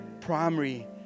primary